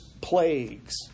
plagues